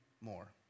more